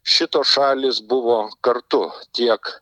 šitos šalys buvo kartu tiek